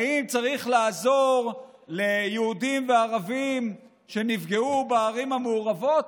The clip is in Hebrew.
האם צריך לעזור ליהודים וערבים שנפגעו בערים המעורבות?